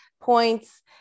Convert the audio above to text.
points